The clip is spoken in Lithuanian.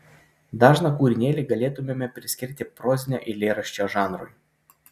dažną kūrinėlį galėtumėme priskirti prozinio eilėraščio žanrui